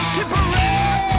Tipperary